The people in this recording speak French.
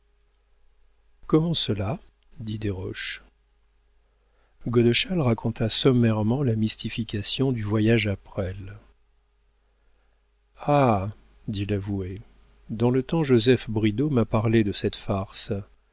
comment cela dit desroches godeschal raconta sommairement la mystification du voyage à presles ah dit l'avoué dans le temps joseph bridau m'a parlé de cette farce